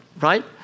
right